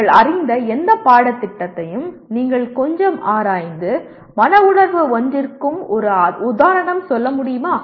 நீங்கள் அறிந்த எந்த பாடத்திட்டத்தையும் நீங்கள் கொஞ்சம் ஆராய்ந்து மன உணர்வு ஒவ்வொன்றிற்கும் ஒரு உதாரணம் சொல்ல முடியுமா